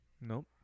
Nope